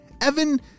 Evan